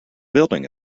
building